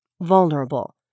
Vulnerable